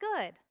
good